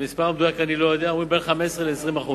את המספר המדויק אני לא יודע, בין 15% ל-20%.